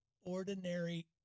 ordinary